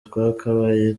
twakabaye